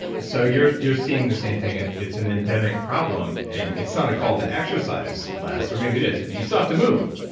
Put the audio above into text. so you're you're seeing the same thing. it's it's an endemic problem and it's not a call to exercise less, or maybe it is, you still have to move.